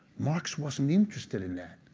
marx wasn't interested in that,